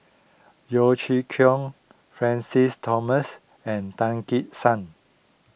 Yeo Chee Kiong Francis Thomas and Tan Gek Suan